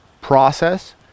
process